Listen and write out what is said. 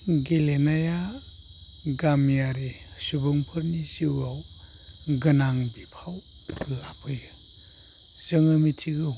गेलेनाया गामियारि सुबुंफोरनि जिउआव गोनां बिफाव लाबोयो जोङो मिथिगौ